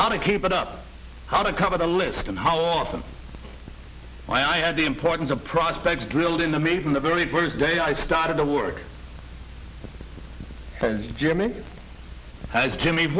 how to keep it up how to cover the list and how often i add the importance of prospects drilled into me from the very first day i started to work jimmy as jimmy